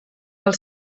pel